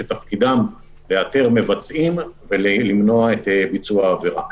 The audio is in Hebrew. שתפקידם לאתר מבצעים ולמנוע את ביצוע העבירה.